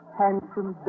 handsome